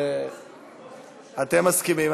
ואנחנו מסכימים.